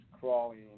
crawling